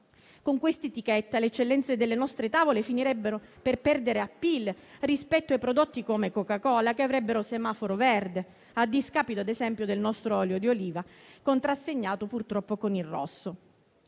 Con questa etichetta, le eccellenze delle nostre tavole finirebbero per perdere *appeal* rispetto ai prodotti come la Coca-Cola, che avrebbero semaforo verde a discapito, ad esempio, al nostro olio di oliva, contrassegnato purtroppo con il rosso.